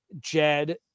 Jed